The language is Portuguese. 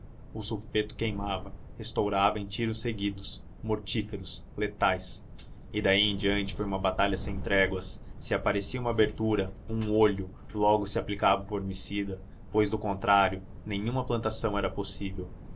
o sulfeto queimava estourava em tiros seguidos mortíferos letais e daí em diante foi uma batalha sem tréguas se aparecia uma abertura um olho logo se lhe aplicava o formicida pois do contrário nenhuma plantação era possível